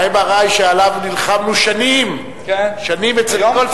ה-MRI, שעליו נלחמנו שנים, שנים, אצל כל,